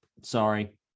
sorry